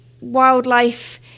wildlife